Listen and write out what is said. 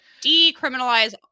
decriminalize